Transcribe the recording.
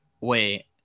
wait